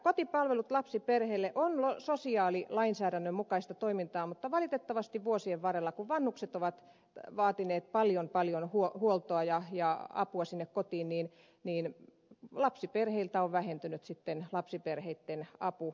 kotipalvelut lapsiperheille ovat sosiaalilainsäädännön mukaista toimintaa mutta valitettavasti vuosien varrella kun vanhukset ovat vaatineet paljon paljon huoltoa ja apua sinne kotiin lapsiperheiltä on vähentynyt lapsiperheitten apu